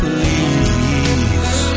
Please